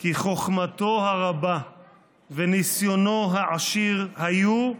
כי חוכמתו הרבה וניסיונו העשיר היו,